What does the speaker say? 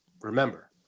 remember